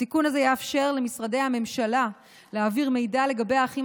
התיקון הזה יאפשר למשרדי הממשלה להעביר מידע לגבי האחים